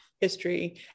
history